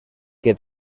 que